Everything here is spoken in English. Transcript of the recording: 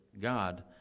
God